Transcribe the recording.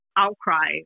outcry